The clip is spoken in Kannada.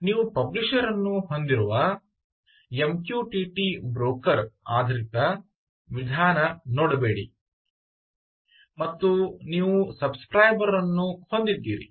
ನೀವು ಪಬ್ಲಿಷರ್ ರನ್ನು ಹೊಂದಿರುವ ಎಮ್ಕ್ಯುಟಿಟಿ ಬ್ರೋಕರ್ ಆಧಾರಿತ ವಿಧಾನದ ನೋಡಬೇಡಿ ಮತ್ತು ನೀವು ಸಬ್ ಸ್ಕ್ರೈಬರ್ ರನ್ನು ಹೊಂದಿದ್ದೀರಿ